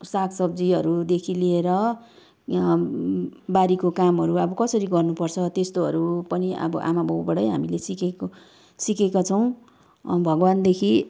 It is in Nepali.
सागसब्जीहरूदेखि लिएर बारीको कामहरू अब कसरी गर्नु पर्छ त्यस्तोहरू पनि अब आमाबाउबाट नै हामीले सिकेको सिकेका छौँ भगवान्देखि